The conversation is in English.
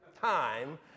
time